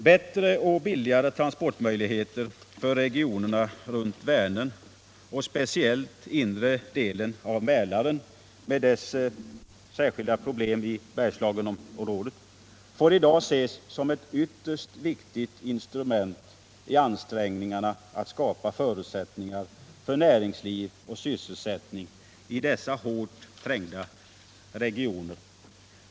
Bättre och billigare transportmöjligheter för regionerna runt Vänern och speciellt inre delen av Mälaren med de särskilda problemen i Bergslagen får i dag ses som ett ytterst viktigt instrument i ansträngningarna att skapa förutsättningar för näringsliv och sysselsättning i dessa hårt trängda regioner.